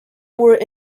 were